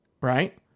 Right